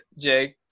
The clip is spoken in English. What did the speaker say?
jake